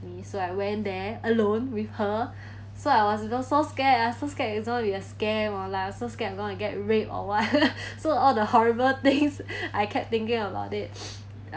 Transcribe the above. so I went there alone with her so I was so so scared I so scared of we are scammed lah so scared we are going to get raped or what so all the horrible things I kept thinking about it